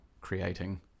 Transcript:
creating